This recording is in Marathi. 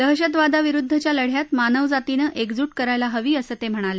दहशतवादाविरुद्धच्या लढ्यात मानवजातीनं एकजूट करायला हवी असं ते म्हणाले